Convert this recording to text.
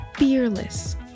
fearless